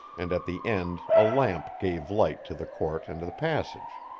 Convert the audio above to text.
and at the end a lamp gave light to the court and the passage.